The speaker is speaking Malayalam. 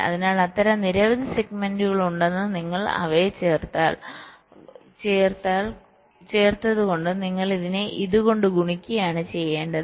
അതിനാൽ അത്തരം നിരവധി സെഗ്മെന്റുകൾ ഉണ്ടെന്ന് നിങ്ങൾ അവയെ ചേർത്താൽ കൊണ്ട് നിങ്ങൾ ഇതിനെ ഇത് കൊണ്ട് ഗുണിക്കുകയാണ് ചെയ്യുന്നത്